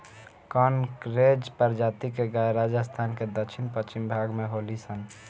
कांकरेज प्रजाति के गाय राजस्थान के दक्षिण पश्चिम भाग में होली सन